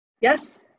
Yes